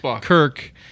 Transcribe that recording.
Kirk